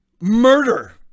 murder